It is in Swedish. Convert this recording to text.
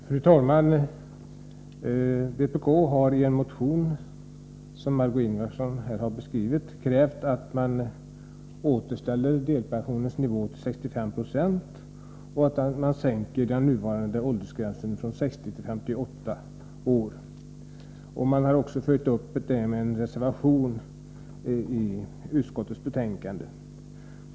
Fru talman! Vpk har i en motion, som Marg6ö Ingvardsson här beskrivit, krävt att man dels återställer pensionsnivån till 65 96, dels sänker den nuvarande åldersgränsen från 60 till 58 år. Man har också följt upp detta med en reservation till utskottets betänkande.